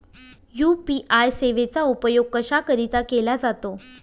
UPI सेवेचा उपयोग कशाकरीता केला जातो?